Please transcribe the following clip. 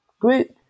group